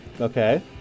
Okay